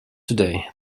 today